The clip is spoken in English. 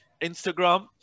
Instagram